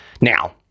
Now